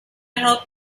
help